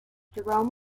jerome